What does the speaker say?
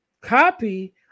copy